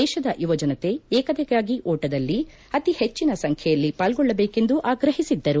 ದೇಶದ ಯುವಜನತೆ ಏಕತೆಗಾಗಿ ಓಟದಲ್ಲಿ ಅತಿ ಹೆಚ್ಚನ ಸಂಖ್ಯೆಯಲ್ಲಿ ಪಾಲ್ಗೊಳ್ಳಬೇಕೆಂದು ಆಗ್ರಹಿಸಿದ್ದರು